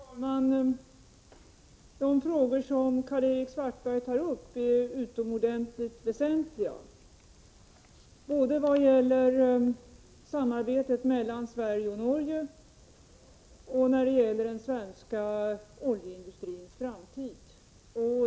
Herr talman! De frågor som Karl-Erik Svartberg tar upp är utomordentligt väsentliga, både frågan om samarbetet mellan Sverige och Norge och frågan om den svenska oljeindustrins framtid.